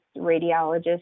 radiologists